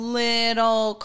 little